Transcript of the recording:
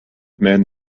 men